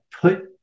put –